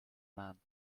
maan